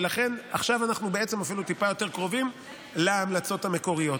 ולכן עכשיו אנחנו בעצם אפילו טיפה יותר קרובים להמלצות המקוריות.